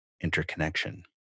interconnection